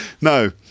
No